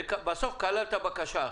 ובסוף קלעת בקשה אחת.